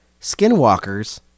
Skinwalkers